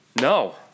No